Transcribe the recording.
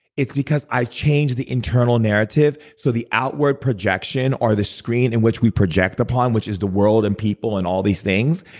it's because i changed the internal narrative, so the outward projection or the screen in which we project upon, which is the world and people and all these things,